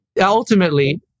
ultimately